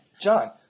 John